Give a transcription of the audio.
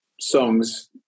songs